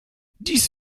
dies